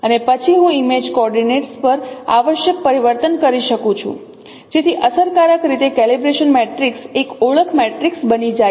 અને પછી હું ઇમેજ કોઓર્ડિનેટ્સ પર આવશ્યક પરિવર્તન કરી શકું છું જેથી અસરકારક રીતે કેલિબ્રેશન મેટ્રિક્સ એક ઓળખ મેટ્રિક્સ બની જાય